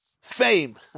fame